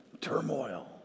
turmoil